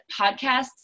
podcasts